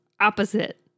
opposite